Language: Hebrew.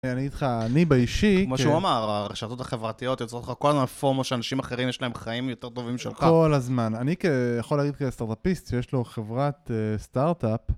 אני אגיד לך, אני באישי, כמו שהוא אמר, הרשתות החברתיות יוצרות לך כל מיני פורמות שאנשים אחרים יש להם חיים יותר טובים שלך. כל הזמן, אני יכול להגיד לך כסטארטאפיסט שיש לו חברת סטארטאפ,